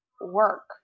work